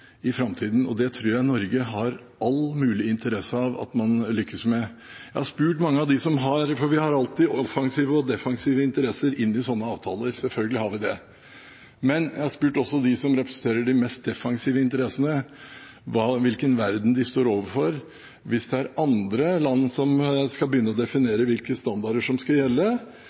Det tror jeg Norge har all mulig interesse av at man lykkes med. Vi har alltid offensive og defensive interesser i slike avtaler, selvfølgelig har vi det, men jeg har spurt mange – også dem som representerer de mest defensive interessene – hvilken verden de står overfor hvis det er andre land som skal begynne å